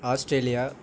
Australia